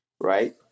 right